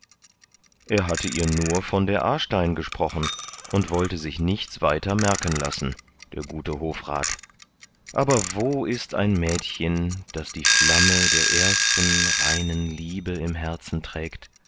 er hatte ihr nur von der aarstein gesprochen und wollte sich nichts weiter merken lassen der gute hofrat aber wo ist ein mädchen das die flamme der ersten reinen liebe im herzen trägt